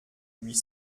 huit